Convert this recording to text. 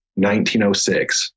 1906